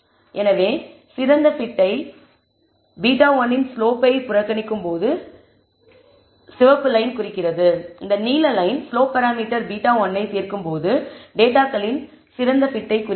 எனவே சிறந்த fit ஐ β1 இன் ஸ்லோப்பை நாம் புறக்கணிக்கும்போது சிவப்பு லயன் குறிக்கிறது இந்த நீல லயன் ஸ்லோப் பராமீட்டர் β1 ஐ சேர்க்கும்போது டேட்டாகளின் சிறந்த fit ஐ குறிக்கிறது